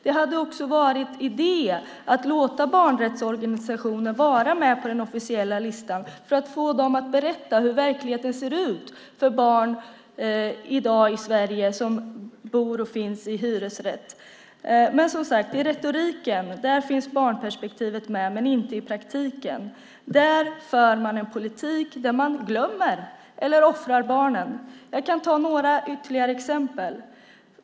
Det hade också varit idé att låta barnrättsorganisationer vara med på den officiella listan för att få dem att berätta hur verkligheten ser ut för barn i dag i Sverige som bor och finns i hyresrätt. Men, som sagt, i retoriken finns barnperspektivet med men inte i praktiken. Där för man en politik där man glömmer eller offrar barnen. Jag kan ta några ytterligare exempel.